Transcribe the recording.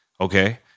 Okay